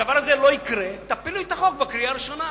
הדבר הזה לא יקרה, תפילו את החוק בקריאה הראשונה.